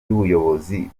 y’ubuyobozi